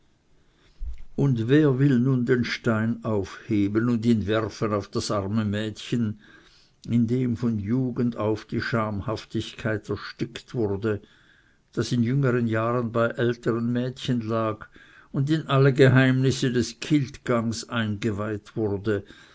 und wer will nun den stein aufheben und ihn werfen auf das arme mädchen in dem von jugend auf die schamhaftigkeit erstickt wurde das in jüngern jahren bei ältern mädchen lag und in alle geheimnisse des kiltgangs eingeweiht wurde